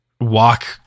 walk